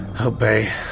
obey